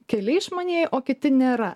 keli išmanieji o kiti nėra